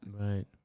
Right